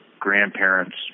Grandparents